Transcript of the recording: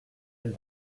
elle